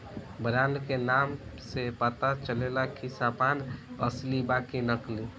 brand के नाम से पता चलेला की सामान असली बा कि नकली